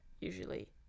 usually